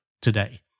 today